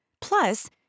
Plus